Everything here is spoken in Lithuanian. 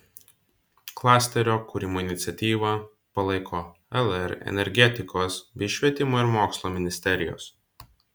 klasterio kūrimo iniciatyvą palaiko lr energetikos bei švietimo ir mokslo ministerijos